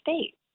States